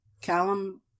callum